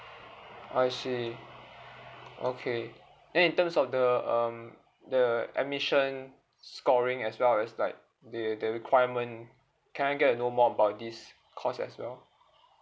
I see okay then in terms of the um the admission scoring as well as like the the requirement can I get to know more about this course as well